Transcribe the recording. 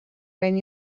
when